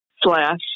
slash